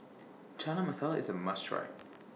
Chana Masala IS A must Try